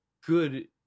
good